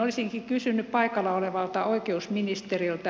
olisinkin kysynyt paikalla olevalta oikeusministeriltä